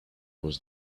was